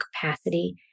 capacity